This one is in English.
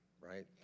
right